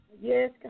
Yes